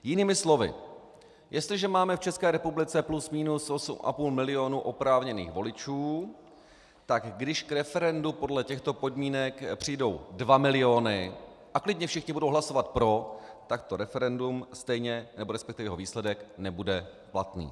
Jinými slovy, jestliže máme v České republice plus minus 8,5 milionu oprávněných voličů, tak když k referendu podle těchto podmínek přijdou 2 miliony a klidně všichni budou hlasovat pro, tak to referendum stejně, resp. jeho výsledek nebude platný.